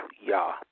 Yah